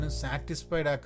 satisfied